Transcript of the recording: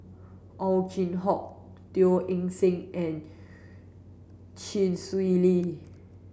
Ow Chin Hock Teo Eng Seng and Chee Swee Lee